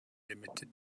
limited